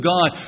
God